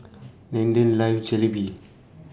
Leander loves Jalebi